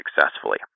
successfully